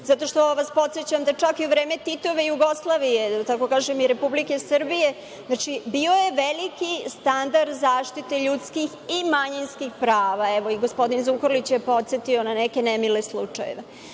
nije Srbija. Podsećam vas da čak i u vreme Titove Jugoslavije, da tako kažem, i Republike Srbije bio je veliki standard zaštite ljudskih i manjinskih prava. Evo, i gospodin Zukurlić je podsetio na neke nemile slučajeve. Prema